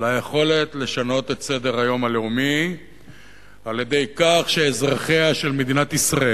ליכולת לשנות את סדר-היום הלאומי על-ידי כך שאזרחיה של מדינת ישראל,